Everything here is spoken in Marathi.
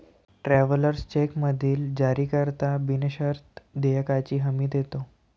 ट्रॅव्हलर्स चेकमधील जारीकर्ता बिनशर्त देयकाची हमी देतो